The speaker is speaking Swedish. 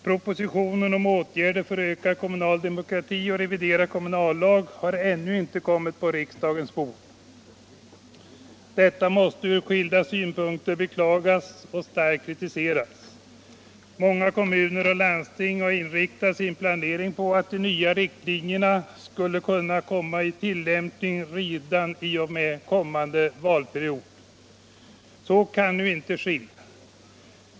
Propositionen om åtgärder för ökad kommunal demokrati och reviderad kommunallag har ännu inte kommit på riksdagens bord. Detta måste från skilda synpunkter beklagas och starkt kritiseras. Många kommuner och landsting har inriktat sin planering på att de nya riktlinjerna skulle kunna komma i tillämpning redan i och med kommande valperiod. Så kan nu inte ske.